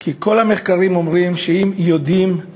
כל המחקרים אומרים שאם היו יודעים על